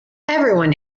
everyone